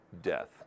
death